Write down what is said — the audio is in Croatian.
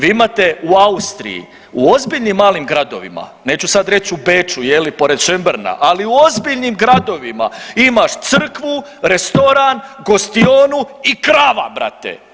Vi imate u Austriji u ozbiljnim malim gradovima, neću sada reći u Beču je li pored Schonberga, ali u ozbiljnim gradovima imaš crkvu, restoran, gostionu i krava brate.